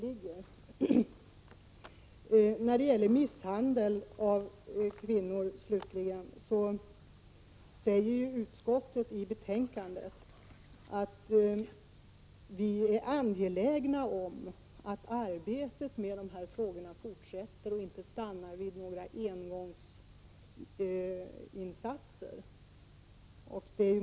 Slutligen när det gäller misshandel av kvinnor skriver vi i betänkandet att vi är angelägna om att arbetet med dessa frågor fortsätter och inte stannar vid några engångsinsatser.